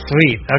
Sweet